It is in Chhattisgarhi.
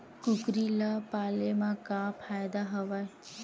कुकरी ल पाले म का फ़ायदा हवय?